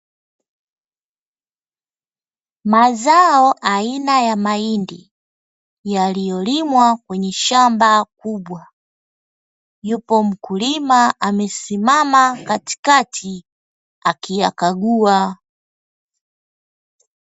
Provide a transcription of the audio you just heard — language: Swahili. Mazao aina ya mahindi, yaliyolimwa kwenye shamba kubwa, yupo mkulima amesimama katikati akiyakagua.